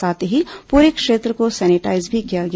साथ ही पूरे क्षेत्र को सेनिटाईज भी किया गया